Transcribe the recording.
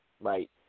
right